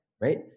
right